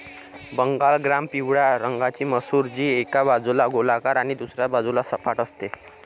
Bengal gram पिवळ्या रंगाची मसूर, जी एका बाजूला गोलाकार आणि दुसऱ्या बाजूला सपाट असते